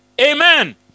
Amen